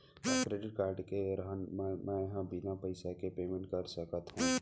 का credit card के रहत म, मैं ह बिना पइसा के पेमेंट कर सकत हो?